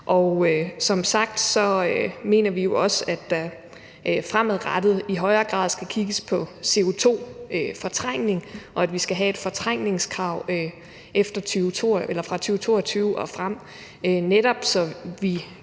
Og som sagt mener vi jo også, at der fremadrettet i højere grad skal kigges på CO2-fortrængning, og at vi skal have et fortrængningskrav fra 2022 og frem, netop så vi